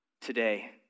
today